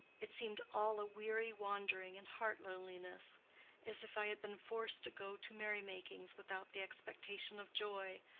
it seemed all a weary wandering and heart-loneliness as if i had been forced to go to merrymakings without the expectation of joy.